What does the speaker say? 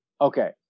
Okay